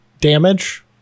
damage